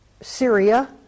Syria